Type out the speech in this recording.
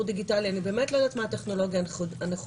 דיגיטלי אני באמת לא יודעת מה הטכנולוגיה הנכונה.